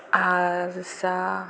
आरसा